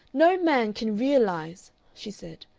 no man can realize, she said,